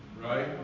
Right